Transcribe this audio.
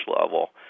level